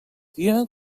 dia